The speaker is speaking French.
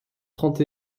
trente